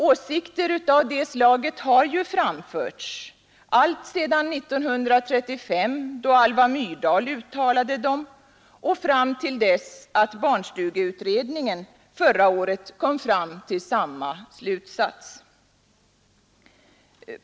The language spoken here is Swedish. Åsikter av det slaget har ju framförts alltsedan 1935, då Alva Myrdal uttalade dem, och fram till dess att barnstugeutredningen förra året kom fram till samma slutsats.